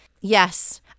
Yes